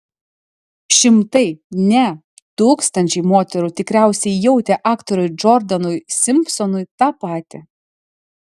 šimtai ne tūkstančiai moterų tikriausiai jautė aktoriui džordanui simpsonui tą patį